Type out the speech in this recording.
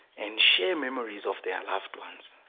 and she memories of their loved ones